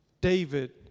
David